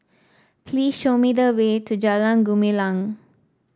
please show me the way to Jalan Gumilang